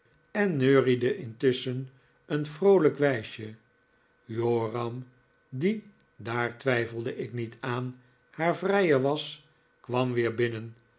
en neuriede intusschen een vroolijk wijsje joram die daar twijfelde ik niet aan haar vrijer was kwam weer binnen